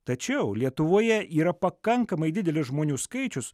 tačiau lietuvoje yra pakankamai didelis žmonių skaičius